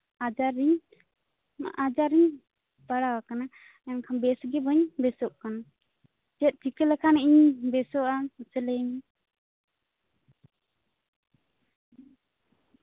ᱟᱡᱟᱨ ᱨᱤᱧ ᱟᱡᱟᱨ ᱨᱤᱧ ᱯᱟᱲᱟᱣ ᱟᱠᱟᱱᱟ ᱢᱮᱱᱠᱷᱟᱱ ᱵᱮᱥ ᱜᱮ ᱵᱟᱹᱧ ᱵᱮᱥᱚᱜ ᱠᱟᱱᱟ ᱪᱮᱫ ᱪᱤᱠᱟᱹ ᱞᱮᱠᱷᱟᱱ ᱤᱧᱤᱧ ᱵᱮᱥᱚᱜᱼᱟ ᱢᱟᱥᱮ ᱞᱟᱹᱭᱟᱹᱧ ᱢᱮ